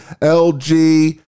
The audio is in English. lg